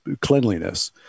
cleanliness